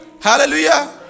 Hallelujah